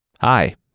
Hi